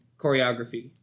choreography